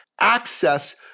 access